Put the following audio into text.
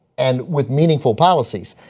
and with meaningful policies,